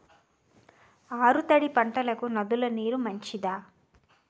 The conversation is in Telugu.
ఆరు తడి పంటలకు నదుల నీరు మంచిదా?